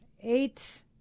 eight